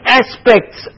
aspects